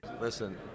listen